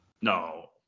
No